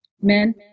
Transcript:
Men